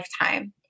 lifetime